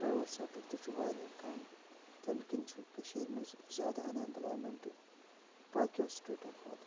private sector تہِ چھُ واریاہ کَم تَمہِ کِنہِ چھُ کٔشیٖرِ منٛز زیادٕ اَن اٮ۪مپٕلایمٮ۪نٛٹ باقِیو سٕٹیٹو کھۄت